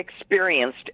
experienced